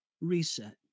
reset